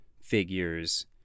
figures